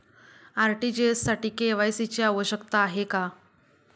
RTGS साठी KYC ची आवश्यकता आहे का?